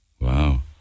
Wow